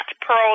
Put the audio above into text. Pearl